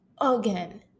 Again